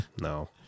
no